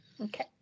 Okay